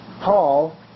Paul